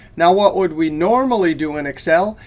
now what would we normally do in excel?